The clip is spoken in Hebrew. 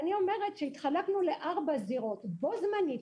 התחלקנו לארבע זירות בו זמנית,